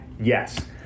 Yes